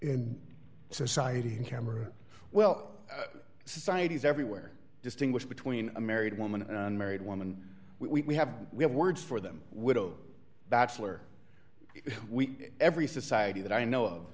in society in camera well societies everywhere distinguish between a married woman and unmarried woman we have we have words for them widowed bachelor week every society that i know of